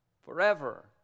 forever